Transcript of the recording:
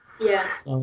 yes